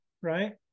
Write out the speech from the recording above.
Right